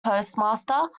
postmaster